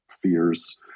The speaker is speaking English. fears